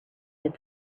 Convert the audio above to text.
that